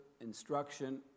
instruction